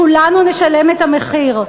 כולנו נשלם את המחיר.